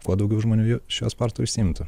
kuo daugiau žmonių juo šiuo sportu užsiimtų